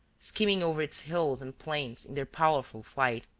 skimming over its hills and plains in their powerful flight,